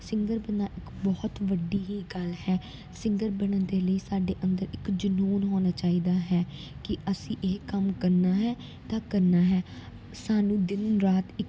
singer ਬਣਨਾ ਇੱਕ ਬਹੁਤ ਵੱਡੀ ਹੀ ਗੱਲ ਹੈ ਸਿੰਗਰ ਬਣਨ ਦੇ ਲਈ ਸਾਡੇ ਅੰਦਰ ਇੱਕ ਜਨੂੰਨ ਹੋਣਾ ਚਾਹੀਦਾ ਹੈ ਕਿ ਅਸੀਂ ਇਹ ਕੰਮ ਕਰਨਾ ਹੈ ਤਾਂ ਕਰਨਾ ਹੈ ਸਾਨੂੰ ਦਿਨ ਰਾਤ ਇੱਕ